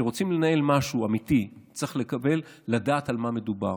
כשרוצים לנהל משהו אמיתי צריך לדעת על מה מדובר.